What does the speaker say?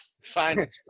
Fine